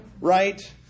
right